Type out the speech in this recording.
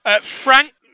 Frank